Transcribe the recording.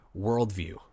worldview